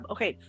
Okay